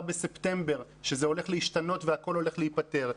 בספטמבר שזה הולך להשתנות והכל הולך להיפתר.